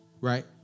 right